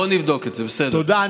תודה.